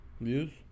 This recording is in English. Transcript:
Views